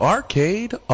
Arcade